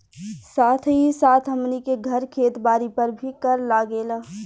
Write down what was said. साथ ही साथ हमनी के घर, खेत बारी पर भी कर लागेला